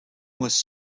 was